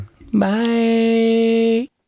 Bye